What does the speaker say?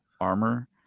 armor